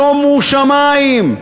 שומו שמים,